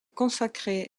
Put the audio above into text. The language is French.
consacrés